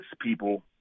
people